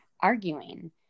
arguing